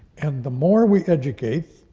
and the more we educate,